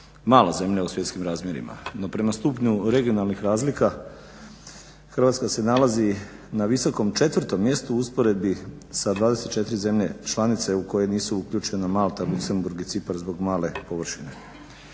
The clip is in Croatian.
mala zemlja u svjetskim razmjerima. No prema stupnju regionalnih razlika Hrvatska se nalazi na visokom 4.mjestu u usporedbi sa 24 zemlje članice u koje nisu uključene Malta, Luksemburg i Cipar zbog male površine.